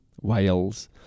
Wales